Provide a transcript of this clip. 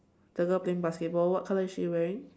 the girl playing basketball what color is she wearing